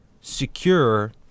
secure